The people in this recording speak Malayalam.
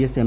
S M